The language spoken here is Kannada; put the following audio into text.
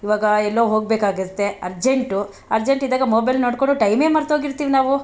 ಇವಾಗ ಎಲ್ಲೋ ಹೋಗಬೇಕಾಗಿರುತ್ತೆ ಅರ್ಜೆಂಟು ಅರ್ಜೆಂಟಿದ್ದಾಗ ಮೊಬೈಲ್ ನೋಡ್ಕೊಂಡು ಟೈಮೇ ಮರ್ತೋಗಿರ್ತೀವಿ ನಾವು